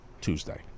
Tuesday